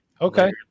Okay